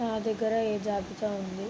నా దగ్గర ఏ జాబితా ఉంది